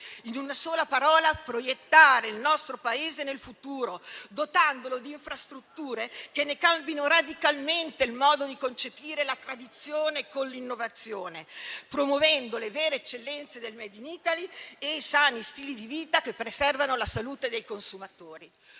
in una sola parola, proiettare il nostro Paese nel futuro, dotandolo di infrastrutture che ne cambino radicalmente il modo di concepire la tradizione con l'innovazione, promuovendo le vere eccellenze del *made in Italy* e i sani stili di vita che preservano la salute dei consumatori.